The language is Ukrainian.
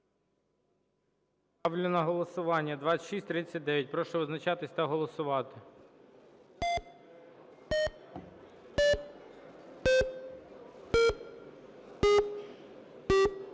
Ставлю на голосування 2639. Прошу визначатись та голосувати.